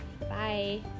bye